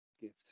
gift